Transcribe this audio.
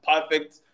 perfect